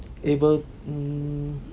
able mm